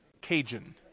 Cajun